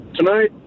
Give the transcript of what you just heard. Tonight